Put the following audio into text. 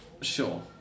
Sure